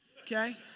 Okay